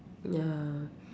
ya